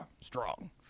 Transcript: Strong